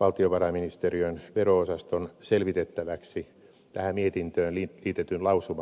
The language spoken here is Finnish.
valtiovarainministeriön vero osaston selvitettäväksi tähän mietintöön liitetyn lausuman pohjalta